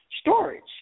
Storage